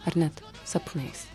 ar net sapnais